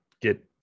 get